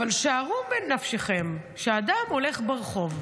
אבל שערו בנפשכם שאדם הולך ברחוב,